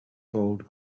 gold